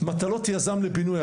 מטלות יזם לבינוי,